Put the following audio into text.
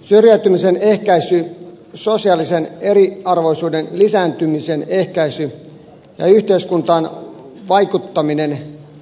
syrjäytymisen ehkäisy sosiaalisen eriarvoisuuden lisääntymisen ehkäisy ja yhteiskuntaan vaikuttaminen